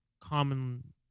common